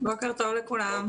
בוקר טוב לכולם.